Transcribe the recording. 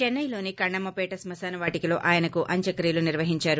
చెన్నైలోని కణ్ణమ్టపేట శ్మశానవాటికలో ఆయనకు అంత్యక్రియలు నిర్వహిందారు